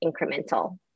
incremental